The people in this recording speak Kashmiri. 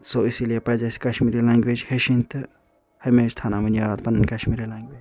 سو اِسی لیے پَزِ اسہِ کشمیری لنٛگویج ہیٚچھِنۍ تہٕ ہمیشہٕ تھاوناونٕۍ یاد پنٕنۍ کشمیری لنٛگویج